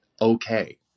okay